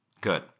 Good